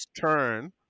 turn